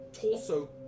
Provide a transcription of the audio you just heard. torso